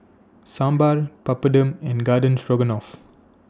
Sambar Papadum and Garden Stroganoff